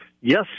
Yes